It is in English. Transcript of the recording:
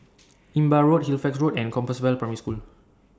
Imbiah Road Halifax Road and Compassvale Primary School